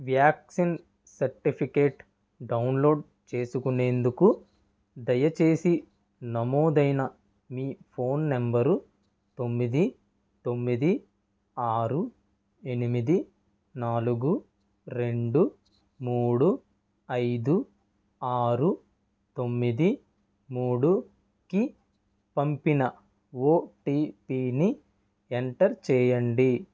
vaccine certificate download చేసుకునేందుకు దయచేసి నమోదైన మీ ఫోన్ నంబరు తొమ్మిది తొమ్మిది ఆరు ఎనిమిది నాలుగు రెండు మూడు ఐదు ఆరు తొమ్మిది మూడుకి పంపిన ఓటీపిని ఎంటర్ చేయండి